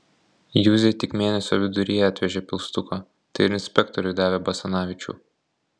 juzei tik mėnesio viduryje atvežė pilstuko tai ir inspektoriui davė basanavičių